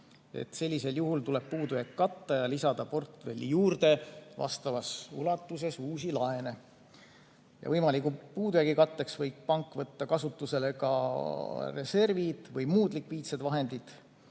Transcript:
Sellisel juhul tuleb puudujääk katta ja lisada portfelli juurde vastavas ulatuses uusi laene. Võimaliku puudujäägi katteks võib pank võtta kasutusele ka reservid või muud likviidsed vahendid.